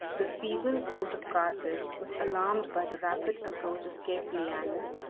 the feeble court of carthage was alarmed by the rapid approach of capelianus,